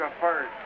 first